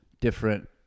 Different